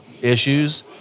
issues